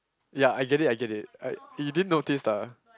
ya I get it I get it I you didn't notice lah